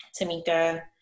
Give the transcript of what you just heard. Tamika